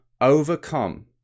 overcome